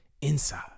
inside